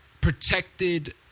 protected